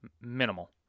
Minimal